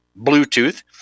Bluetooth